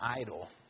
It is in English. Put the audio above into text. idol